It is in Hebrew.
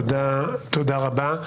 תודה רבה.